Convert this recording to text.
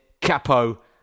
Capo